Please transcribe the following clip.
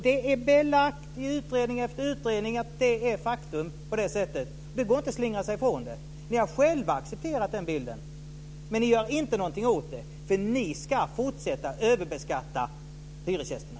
Det är belagt i utredning efter utredning att det är faktum; det går inte att slingra sig ifrån det. Ni har själva accepterat den bilden. Men ni gör inte någonting åt det, för ni ska fortsätta att överbeskatta hyresgästerna.